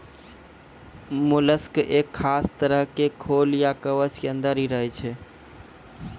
mollusc एक खास तरह के खोल या कवच के अंदर हीं रहै छै